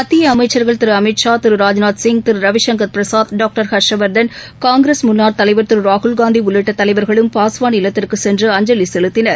மத்திய அமைச்சர்கள் திரு அமித் ஷா திரு ராஜ்நாத் சிங் திரு ரவிசங்கர் பிரசாத் டாக்டர் ஹர்ஷ்வர்தன் காங்கிரஸ் முன்னாள் தலைவர் திரு ராகுல்காந்தி உள்ளிட்ட தலைவர்களும் பாஸ்வான் இல்லத்திற்கு சென்று அஞ்சலி செலுத்தினர்